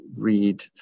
read